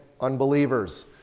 unbelievers